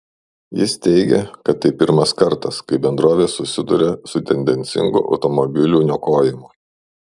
jis teigė kad tai pirmas kartas kai bendrovė susiduria su tendencingu automobilių niokojimu